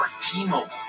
T-Mobile